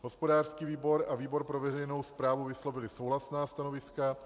Hospodářský výbor a výbor pro veřejnou správu vyslovily souhlasná stanoviska.